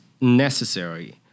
necessary